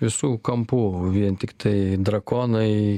visų kampų vien tiktai drakonai